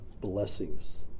blessings